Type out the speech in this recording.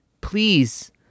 please